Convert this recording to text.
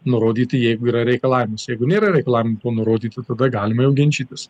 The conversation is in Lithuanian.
nurodyti jeigu yra reikalavimas jeigu nėra reikalavimo to nurodyti tada galima jau ginčytis